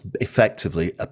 effectively